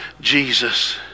Jesus